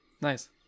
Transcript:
Nice